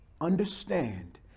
understand